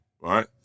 right